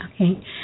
Okay